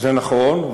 זה נכון,